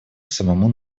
самому